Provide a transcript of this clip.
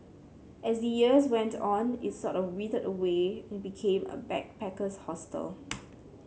as the years went on it sort of withered away and became a backpacker's hostel